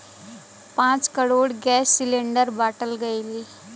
पाँच crore gas cylinder बाँटल गएल